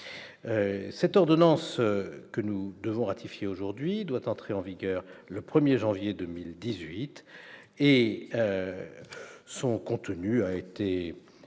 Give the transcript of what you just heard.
L'ordonnance que nous devons ratifier aujourd'hui doit entrer en vigueur le 1janvier 2018. Son contenu a été amélioré